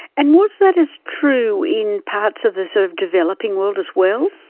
and was that as true in parts of the sort of developing world as well?